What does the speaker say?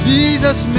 Jesus